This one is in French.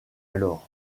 alors